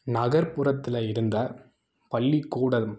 நகர்ப்புறத்தில் இருந்த பள்ளிக்கூடம்